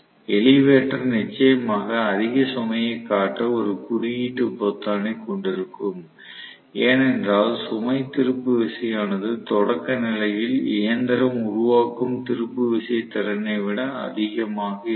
elevator நிச்சயமாக அதிக சுமையை காட்ட ஒரு குறியீட்டு பொத்தானைக் கொண்டிருக்கும் ஏனென்றால் சுமை திருப்பு விசையானது தொடக்க நிலையில் இயந்திரம் உருவாக்கும் திருப்பு விசை திறனை விட அதிகமாக இருக்கும்